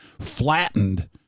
flattened